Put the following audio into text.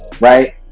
right